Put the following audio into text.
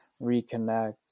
reconnect